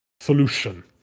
solution